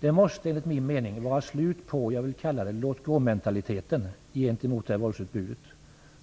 Det måste bli ett slut på, vad jag vill kalla, låt-gåmentaliteten gentemot det våldsutbud